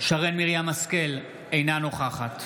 שרן מרים השכל, אינה נוכחת